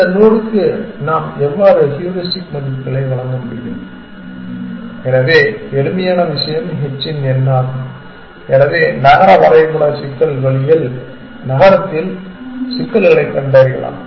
இந்த நோடுக்கு நாம் எவ்வாறு ஹூரிஸ்டிக் மதிப்புகளை வழங்க முடியும் எனவே எளிமையான விஷயம் h இன் n ஆகும் எனவே நகர வரைபட சிக்கல் வழியில் நகரத்தில் சிக்கல்களைக் கண்டறியலாம்